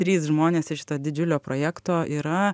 trys žmonės iš šito didžiulio projekto yra